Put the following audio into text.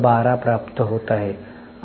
12 प्राप्त होत आहे